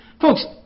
Folks